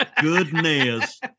Goodness